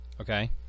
Okay